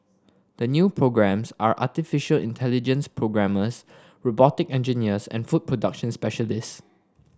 the new programmes are artificial intelligence programmers robotic engineers and food production specialist